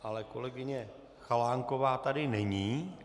Ale kolegyně Chalánková tady není.